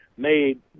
made